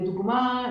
לדוגמה,